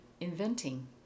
Inventing